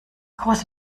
große